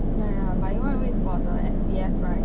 ya ya but you want to wait for the S_B_F right